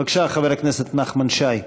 בבקשה, חבר הכנסת נחמן שי.